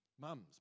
Mums